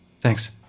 Thanks